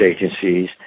agencies